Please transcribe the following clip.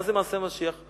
מה זה מעשה משיח?